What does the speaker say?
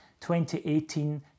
2018